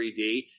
3D